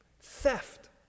theft